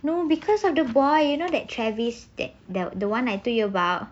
no because of the boy you know that travis that the the one I told you about